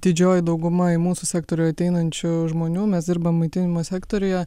didžioji dauguma į mūsų sektorių ateinančių žmonių mes dirbam maitinimo sektoriuje